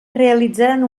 realitzaran